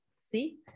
see